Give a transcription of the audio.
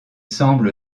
semble